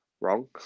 wrong